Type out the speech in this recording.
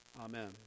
Amen